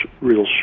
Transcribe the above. real